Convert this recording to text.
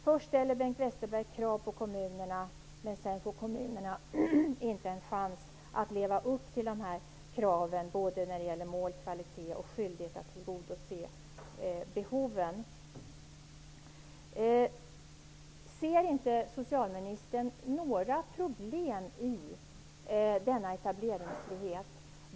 Först ställer Bengt Westerberg krav på kommunerna, men sedan får kommunerna inte en chans att leva upp till kraven, varken när det gäller målkvalitet eller skyldighet att tillgodose behoven. Ser inte socialministern några problem i denna etableringsfrihet?